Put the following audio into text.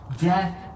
Death